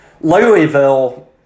Louisville